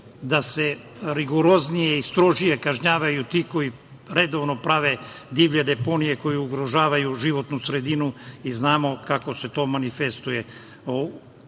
da se rigoroznije i strožije kažnjavaju ti koji redovno prave divlje deponije koje ugrožavaju životnu sredinu, a znamo kako se to manifestuje. Pozvao